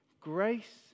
Grace